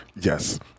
yes